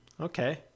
okay